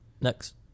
Next